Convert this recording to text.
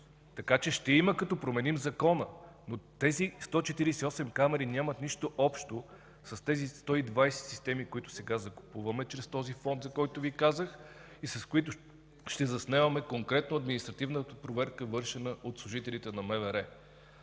така че ще има, но като променим закона. Но тези 148 камери нямат нищо общо с тези 120 системи, които сега закупуваме чрез този фонд, за който Ви казах и с които ще заснемаме конкретно административната проверка, извършвана от служителите на МВР.